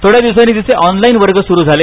थोड्या दिवसांनी तिचे ऑनलाईन वर्ग सुरु झाले